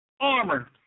Armor